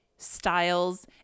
styles